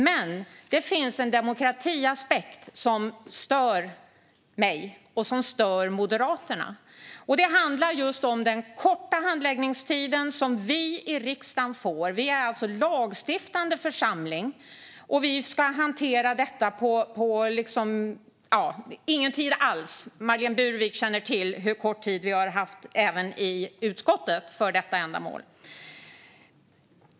Men det finns en demokratiaspekt som stör mig och Moderaterna. Det handlar just om den korta handläggningstid som vi i riksdagen får. Vi är alltså lagstiftande församling, och vi ska hantera detta på nästan ingen tid alls. Marlene Burwick känner till hur kort tid vi har haft även i utskottet för detta ändamål.